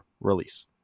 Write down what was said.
release